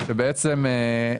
כלומר,